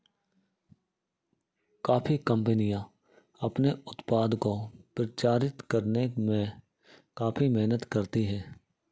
coffee कंपनियां अपने उत्पाद को प्रचारित करने में काफी मेहनत करती हैं